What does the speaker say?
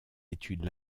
études